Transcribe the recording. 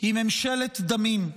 היא ממשלת דמים.